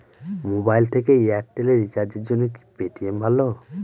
Mobile থেকে Airtel এ রিচার্জের জন্য কি পেটিএম ভালো?